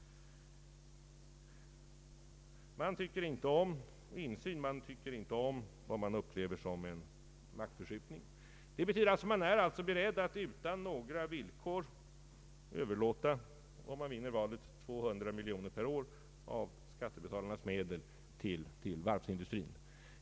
Man tycker inte om insyn, och man tycker inte om vad man upplever som maktförskjutning. Detta betyder alltså att man är beredd att utan några villkor, om man vinner valet, överlåta omkring 200 miljoner kronor per år av skattebetalarnas medel till varvsindustrin.